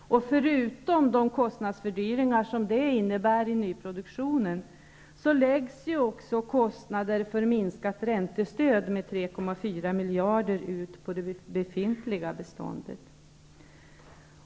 Förutom de kostnadsfördyringar som detta innebär för nyproduktionen, läggs också kostnader för minskat räntestöd med 3,4 miljarder ut på det befintliga beståndet.